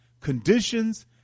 conditions